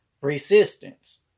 Resistance